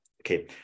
Okay